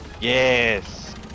Yes